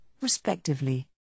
respectively